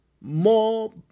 more